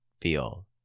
feel